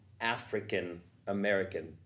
African-American